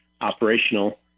operational